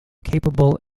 capable